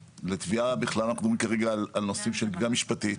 בכל אותם אנשים שיש להם טענות התנגדות